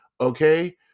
okay